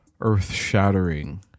earth-shattering